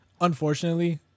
Unfortunately